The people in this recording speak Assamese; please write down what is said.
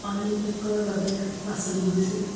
অলিম্পিকৰ বাবে বাছনি হৈছিল